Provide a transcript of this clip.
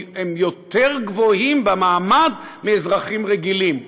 הם יותר גבוהים במעמד מאזרחים רגילים.